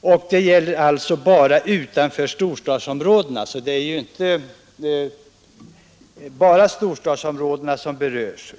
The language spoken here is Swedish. Detta gäller bara områden utanför storstadsområdena, så det är inte enbart storstadsområden som berörs.